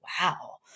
wow